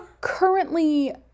currently